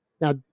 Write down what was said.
Now